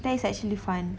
that is actually fun